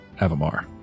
Avamar